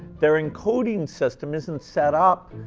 their encoding system isn't set up